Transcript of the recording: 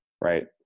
right